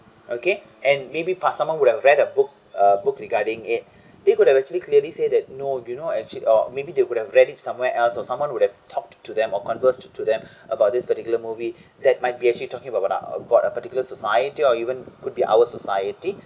okay and maybe plus someone would have read a book uh books regarding it they could've actually clearly say that no you know actually or maybe they would have read it somewhere else or someone would have talked to them or converse to them about this particular movie that might be actually talking about ah about a particular society or even could be our society